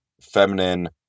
Feminine